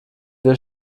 wir